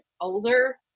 older